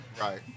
Right